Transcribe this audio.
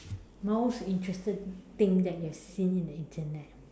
most interesting thing that you have seen in the Internet